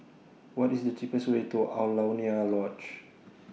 What IS The cheapest Way to Alaunia Lodge